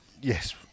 Yes